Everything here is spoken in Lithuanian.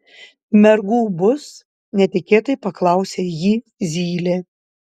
mergų bus netikėtai paklausė jį zylė